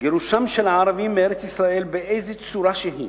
" גירושם של הערבים מארץ-ישראל באיזו צורה שהיא